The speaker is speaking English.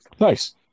Nice